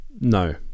No